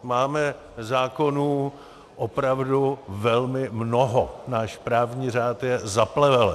Máme zákonů opravdu velmi mnoho, náš právní řád je zaplevelen.